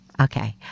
Okay